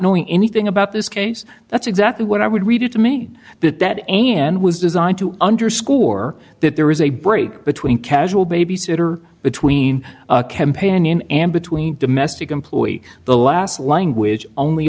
knowing anything about this case that's exactly what i would read it to me that that end was designed to underscore that there was a break between casual babysitter between campaigning and between domestic employ the last language only